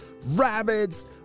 rabbits